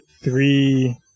three